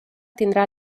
tindrà